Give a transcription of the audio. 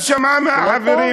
אז היא שמעה מהחברים.